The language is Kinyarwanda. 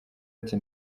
ati